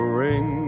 ring